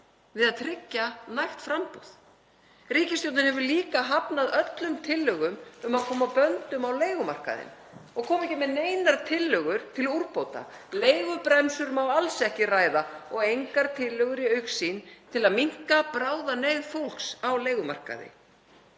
við að tryggja nægt framboð. Ríkisstjórnin hefur líka hafnað öllum tillögum um að koma böndum á leigumarkaðinn og kemur ekki með neinar tillögur til úrbóta. Leigubremsu má alls ekki ræða og engar tillögur í augsýn til að minnka bráða neyð fólks á leigumarkaði.